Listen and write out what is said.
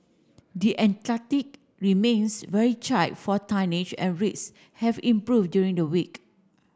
the remains very for tonnage and rates have improved during the week